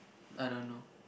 I don't know